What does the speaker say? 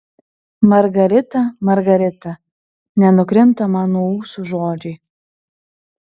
margarita margarita nenukrinta man nuo ūsų žodžiai